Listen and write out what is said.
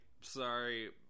Sorry